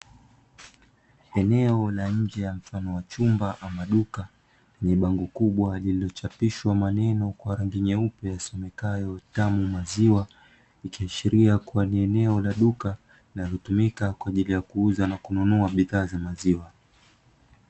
Eneo la nje ya mfano wa chumba ama duka, lenye bango kubwa lililochapishwa maneno kwa rangi nyeupe yasomekayo "Tamu maziwa", ikiashiria kuwa ni eneo la duka, linalotumika kwa ajili ya kuuza na kununua bidhaa za maziwa.